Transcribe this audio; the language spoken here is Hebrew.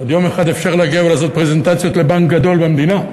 עוד יום אחד אפשר להגיע ולעשות פרזנטציות לבנק גדול במדינה.